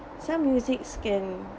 some musics can